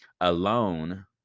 alone